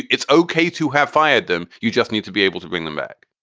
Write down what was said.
it's okay to have fired them. you just need to be able to bring them back.